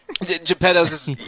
Geppetto's